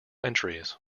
entries